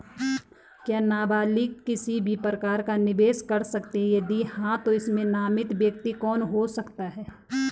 क्या नबालिग किसी भी प्रकार का निवेश कर सकते हैं यदि हाँ तो इसमें नामित व्यक्ति कौन हो सकता हैं?